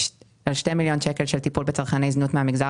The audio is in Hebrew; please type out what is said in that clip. שני מיליון שקל לטיפול בצרכני זנות מהמגזר